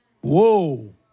Whoa